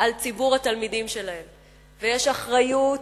על ציבור התלמידים שלהם, ויש אחריות